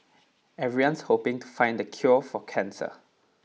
everyone's hoping to find the cure for cancer